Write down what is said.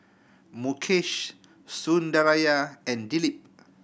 Mukesh Sundaraiah and Dilip